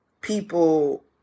people